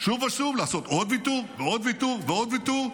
שוב ושוב לעשות עוד ויתור ועוד ויתור ועוד ויתור.